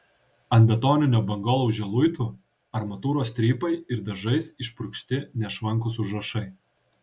ant betoninio bangolaužio luitų armatūros strypai ir dažais išpurkšti nešvankūs užrašai